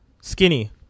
Skinny